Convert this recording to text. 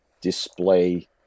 display